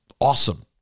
awesome